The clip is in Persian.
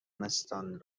مستان